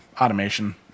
automation